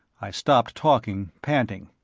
i stopped talking, panting.